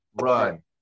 run